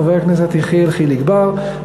חבר הכנסת יחיאל חיליק בר,